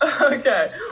okay